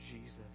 Jesus